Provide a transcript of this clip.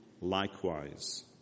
likewise